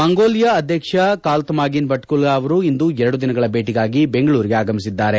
Mongolia ಅಧ್ಯಕ್ಷ Khaltmaagiin Battulga ಅವರು ಇಂದು ಎರಡು ದಿನಗಳ ಭೇಟಿಗಾಗಿ ದೆಂಗಳೂರಿಗೆ ಆಗಮಿಸಿದ್ದಾರೆ